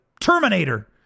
Terminator